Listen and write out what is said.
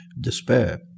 despair